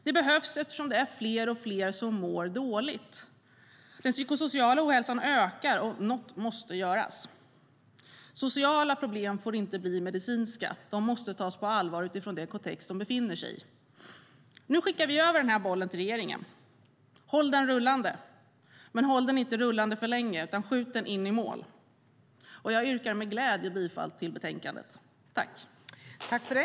Den behövs eftersom det är allt fler som mår dåligt. Den psykosociala ohälsan ökar, och något måste göras. Sociala problem får inte bli medicinska. De måste tas på allvar utifrån den kontext de befinner sig i. Nu skickar vi över bollen till regeringen. Håll den rullande. Men håll den inte rullande för länge, utan skjut den in i mål. Jag yrkar med glädje bifall till utskottets förslag i betänkandet.